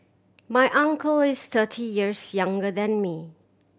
my uncle is thirty years younger than me